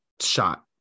shot